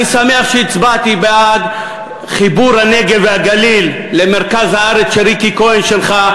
אני שמח שהצבעתי בעד חיבור הנגב והגליל למרכז הארץ של ריקי כהן שלך.